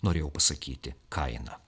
norėjau pasakyti kaina